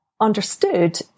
understood